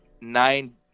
Nine